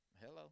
Hello